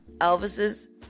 Elvis's